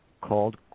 called